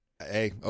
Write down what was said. Hey